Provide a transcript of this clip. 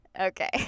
Okay